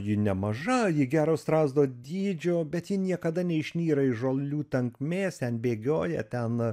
ji nemaža ji gero strazdo dydžio bet ji niekada neišnyra iš žolių tankmės ten bėgioja ten